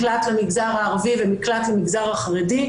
מקלט למגזר הערבי ומקלט למגזר החרדי,